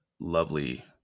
lovely